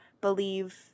believe